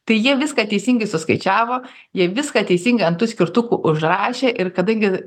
tai jie viską teisingai suskaičiavo jie viską teisingai ant tų skirtukų užrašė ir kadangi